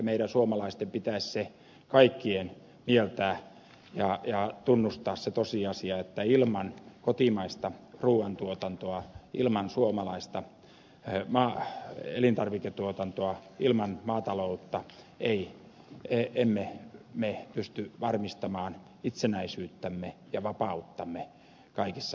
meidän kaikkien suomalaisten pitäisi se mieltää ja tunnustaa se tosiasia että ilman kotimaista ruuan tuotantoa ilman suomalaista elintarviketuotantoa ilman maataloutta emme me pysty varmistamaan itsenäisyyttämme ja vapauttamme kaikissa olosuhteissa